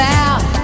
out